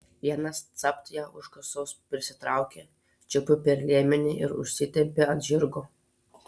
vienas capt ją už kasos prisitraukė čiupo per liemenį ir užsitempė ant žirgo